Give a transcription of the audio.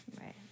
Right